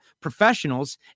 professionals